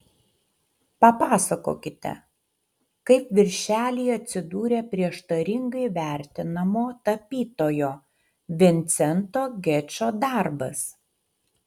papasakokite kaip viršelyje atsidūrė prieštaringai vertinamo tapytojo vincento gečo darbas